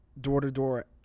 door-to-door